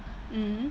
mmhmm